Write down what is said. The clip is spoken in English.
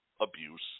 abuse